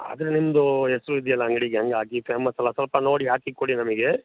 ಆದರೆ ನಿಮ್ಮದು ಹೆಸ್ರು ಇದೆಯಲ್ಲ ಅಂಗಡಿಗೆ ಹಂಗಾಗಿ ಫೇಮಸ್ ಅಲಾ ಸ್ವಲ್ಪ ನೋಡಿ ಹಾಕಿ ಕೊಡಿ ನಮಗೆ